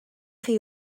chi